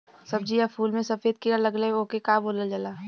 सब्ज़ी या फुल में सफेद कीड़ा लगेला ओके का बोलल जाला?